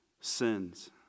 sins